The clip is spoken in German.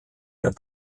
der